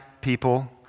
people